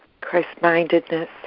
Christ-mindedness